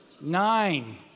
Nine